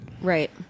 Right